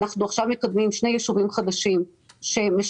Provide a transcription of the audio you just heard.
אנחנו עכשיו מקדמים שני ישובים חדשים שמשלבים